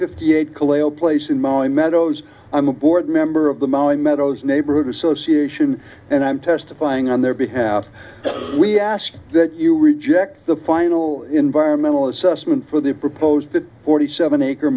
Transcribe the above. fifty eight colonial place in my meadows i'm a board member of the maui meadows neighborhood association and i'm testifying on their behalf we ask that you reject the final environmental assessment for the proposed forty seven acre